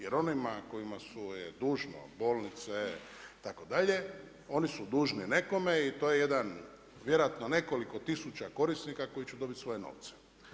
Jer onima kojima su dužne bolnice, itd., oni su dužni nekome i to je jedan, vjerojatno nekoliko tisuća korisnika koji će dobiti svoje novce.